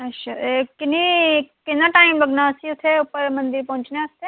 अच्छा एह् किन्नी किन्ना टाइम लग्गना अस उत्थें उप्पर मंदर पौंहचने आस्तै